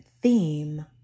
theme